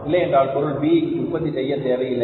இல்லையென்றால் பொருள் B உற்பத்தி செய்ய தேவையில்லை